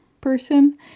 person